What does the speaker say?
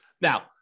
Now